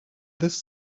this